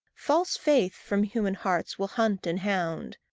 false faith from human hearts will hunt and hound.